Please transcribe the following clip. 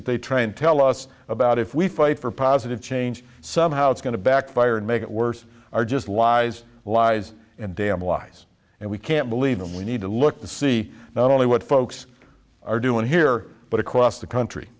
that they try and tell us about if we fight for positive change somehow it's going to backfire and make it worse are just lies lies and damn lies and we can't believe them we need to look to see not only what folks are doing here but across the country